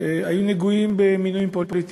היו נגועים כמינויים פוליטיים.